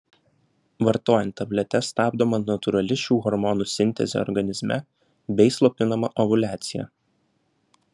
vartojant tabletes stabdoma natūrali šių hormonų sintezė organizme bei slopinama ovuliacija